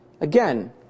again